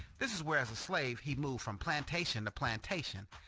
this is where as a slave he moved from plantation to plantation,